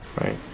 Right